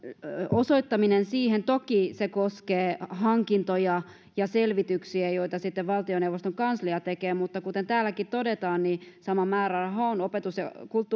osoittaminen siihen toki se koskee hankintoja ja selvityksiä joita sitten valtioneuvoston kanslia tekee mutta kuten täälläkin todetaan niin sama määräraha on opetus ja